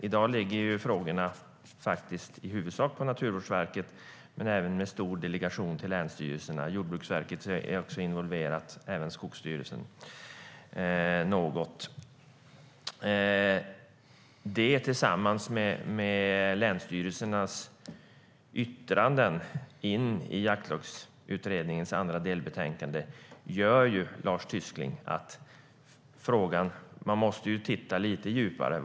I dag ligger frågorna i huvudsak på Naturvårdsverket men även med stor delegation till länsstyrelserna. Jordbruksverket är också involverat, även Skogsstyrelsen något. Detta, tillsammans med länsstyrelsernas yttranden i Jaktlagsutredningens andra delbetänkande, gör att man måste titta lite djupare.